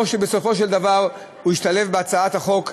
או שבסופו של דבר הוא ישתלב בהצעת החוק הממשלתית.